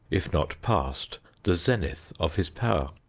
if not passed, the zenith of his power.